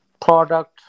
product